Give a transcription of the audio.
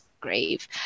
grave